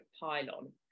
pylon